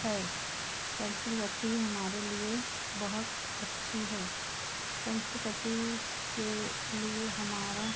है संस्कृति हमारे लिए बहुत अच्छी है संस्कृति के लिए हमारा